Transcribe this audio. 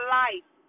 life